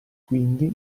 quindi